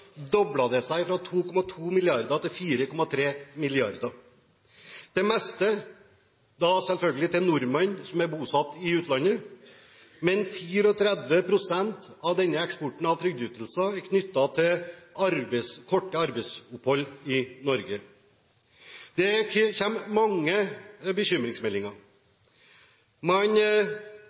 det meste selvfølgelig til nordmenn som er bosatt i utlandet, men 34 pst. av denne eksporten av trygdeytelser er knyttet til korte arbeidsopphold i Norge. Det kommer mange bekymringsmeldinger. Man